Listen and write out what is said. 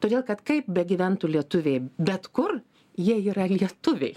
todėl kad kaip begyventų lietuviai bet kur jie yra lietuviai